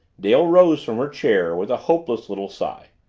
dale rose from her chair with a hopeless little sigh.